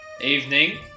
Evening